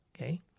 Okay